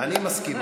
אני מסכים.